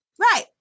Right